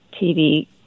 TV